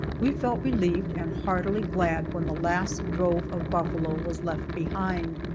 we felt relieved and heartily glad when the last drove of buffalo was left behind.